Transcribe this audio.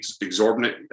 exorbitant